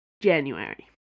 January